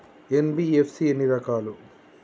NBFC ఎన్ని రకాలు?